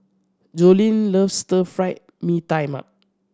Joleen loves Stir Fried Mee Tai Mak